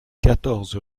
quatorze